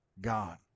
God